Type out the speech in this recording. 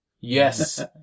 Yes